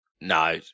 No